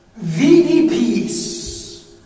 VDPs